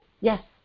Yes